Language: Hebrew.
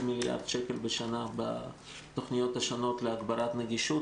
מיליארד שקל בתוכניות השונות להגברת נגישות,